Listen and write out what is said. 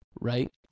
right